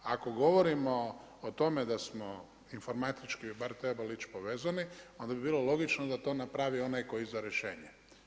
Ako govorimo o tome da smo informatički bar trebali bit povezani onda bi bilo logično da to napravi onaj tko izda rješenje.